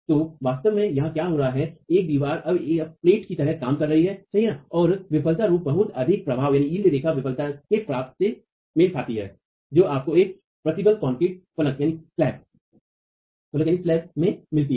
तो वास्तव में यहाँ क्या हो रहा है एक दीवार अब प्लेट की तरह काम कर रही है सही और विफलता प्रारूप बहुत अधिक पराभव रेखा विफलता के प्रकार से मेल खाती है जो आपको एक प्रबलित कंक्रीट फलक में मिलती है